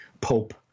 pope